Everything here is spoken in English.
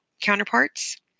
counterparts